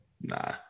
Nah